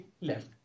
left